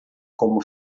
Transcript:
como